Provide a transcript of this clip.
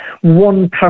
one